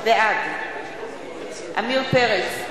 בעד עמיר פרץ,